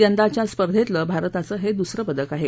यंदाच्या या स्पर्धेतलं भारताचं हे दुसरं पदक आहे